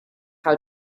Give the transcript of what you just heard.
how